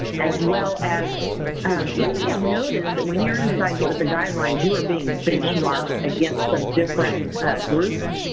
as well as you may have noticed that when you're inside get with the guidelines, you are being benchmarked against some different groups.